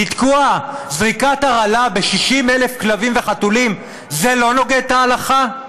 לתקוע זריקת הרעלה ב-60,000 כלבים וחתולים זה לא נוגד את ההלכה?